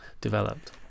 developed